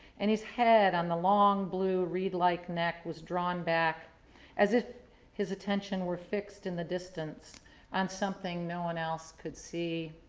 and his head on the long, blue, reed like neck was drawn back as if his attention were fixed in the distance on something no one else could see.